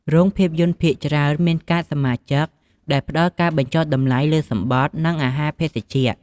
រោងភាពយន្តភាគច្រើនមានកាតសមាជិកដែលផ្តល់ការបញ្ចុះតម្លៃលើសំបុត្រ និងអាហារភេសជ្ជៈ។